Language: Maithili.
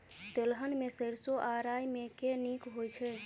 तेलहन मे सैरसो आ राई मे केँ नीक होइ छै?